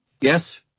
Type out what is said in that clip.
Yes